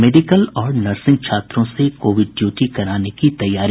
medical और nursing छात्रों से कोविड ड्यूटी कराने की तैयारी